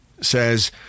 says